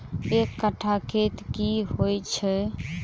एक कट्ठा खेत की होइ छै?